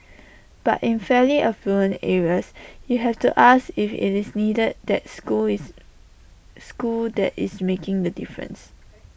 but in fairly affluent areas you have to ask if IT is indeed the school is school that is making the difference